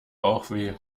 bauchweh